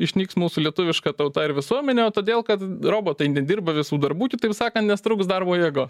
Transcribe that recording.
išnyks mūsų lietuviška tauta ar visuomenė o todėl kad robotai nedirba visų darbų kitaip sakan nes trūks darbo jėgos